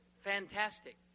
fantastic